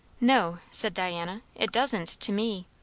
no, said diana, it doesn't to me.